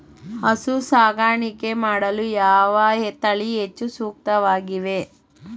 ಹಸು ಸಾಕಾಣಿಕೆ ಮಾಡಲು ಯಾವ ತಳಿ ಹೆಚ್ಚು ಸೂಕ್ತವಾಗಿವೆ?